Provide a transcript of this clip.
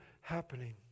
happening